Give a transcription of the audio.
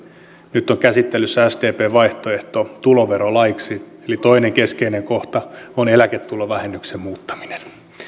nyt on käsittelyssä sdpn vaihtoehto tuloverolaiksi eli toinen keskeinen kohta on eläketulovähennyksen muuttaminen